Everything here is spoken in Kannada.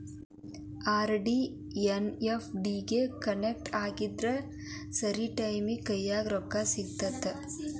ಆರ್.ಡಿ ಎನ್ನಾ ಎಫ್.ಡಿ ಗೆ ಕನ್ವರ್ಟ್ ಮಾಡಿದ್ರ ಸರಿ ಟೈಮಿಗಿ ಕೈಯ್ಯಾಗ ರೊಕ್ಕಾ ಸಿಗತ್ತಾ